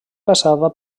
passava